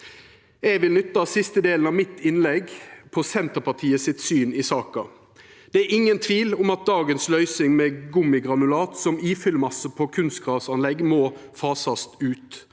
Eg vil nytta siste delen av innlegget mitt på Senterpartiets syn i saka. Det er ingen tvil om at dagens løysing med gummigranulat som fyllmasse på kunstgrasanlegg må fasast ut,